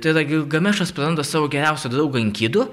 tai yra gilgamešas praranda savo geriausią draugą enkidu